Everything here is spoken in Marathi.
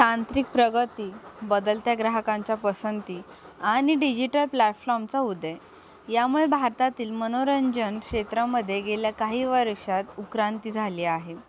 तांत्रिक प्रगती बदलत्या ग्राहकांच्या पसंती आणि डिजिटल प्लॅटफ्लॉमचा उदय यामुळे भारतातील मनोरंजन क्षेत्रामध्ये गेल्या काही वर्षात उत्क्रांती झाली आहे